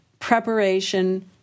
Preparation